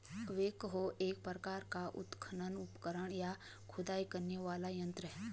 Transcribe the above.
backhoe एक प्रकार का उत्खनन उपकरण, या खुदाई करने वाला यंत्र है